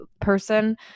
person